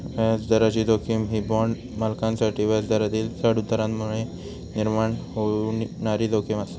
व्याजदराची जोखीम ही बाँड मालकांसाठी व्याजदरातील चढउतारांमुळे निर्माण होणारी जोखीम आसा